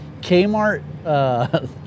Kmart